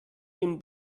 den